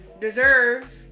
deserve